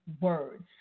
words